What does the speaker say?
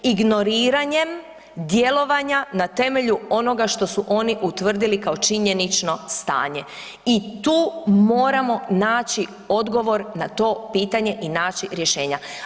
Ignoriranjem djelovanja na temelju onoga što su oni utvrdili kao činjenično stanje i tu moramo naći odgovor na to pitanje i naći rješenja.